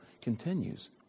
continues